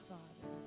Father